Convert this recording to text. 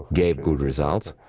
gave good results,